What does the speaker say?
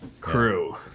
crew